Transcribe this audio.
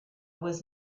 was